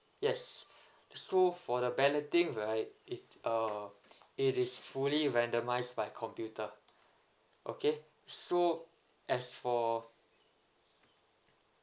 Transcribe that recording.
yes so for the balloting right it uh it is fully randomized by computer okay so as for